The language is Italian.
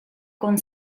con